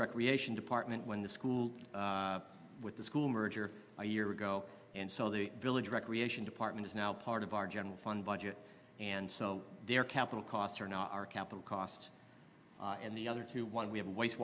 recreation department when the school with the school merger a year ago and so the village recreation department is now part of our general fund budget and so their capital costs are not our capital costs and the other two one we have waste